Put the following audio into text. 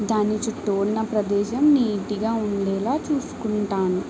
దాని చుట్టూ ఉన్న ప్రదేశం నీటిగా ఉండేలా చూసుకుంటాను